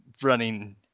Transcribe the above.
running